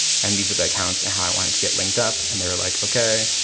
and these are the accounts and i wanted to get linked up. and they're like, okay,